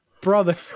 brother